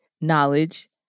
knowledge